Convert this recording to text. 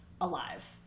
alive